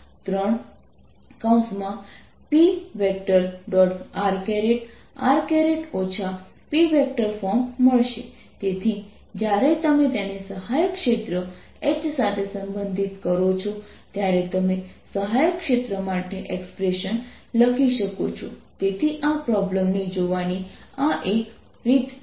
તમે એ જ પ્રોબ્લેમને H અથવા તમે જે સહાયક ક્ષેત્ર ની વાત કરી રહ્યા છો તેના દૃષ્ટિકોણથી પણ જોઈ શકો છો